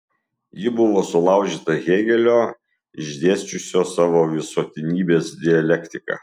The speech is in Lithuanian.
ji buvo sulaužyta hėgelio išdėsčiusio savo visuotinybės dialektiką